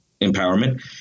empowerment